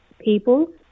people